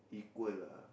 equal lah